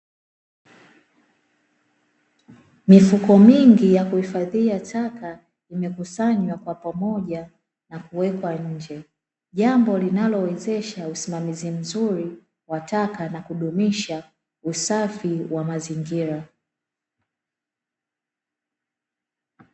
Mifuko mingi ya kukusanyia taka imekusanywa kwa pamoja na kuwekwa nje, jambo linalowezesha usimamizi mzuri wa taka na kudumisha usafi wa mazingira.